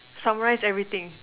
summarize everything